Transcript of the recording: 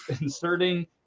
inserting